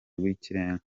rw’ikirenga